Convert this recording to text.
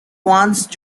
vance